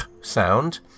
sound